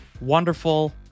wonderful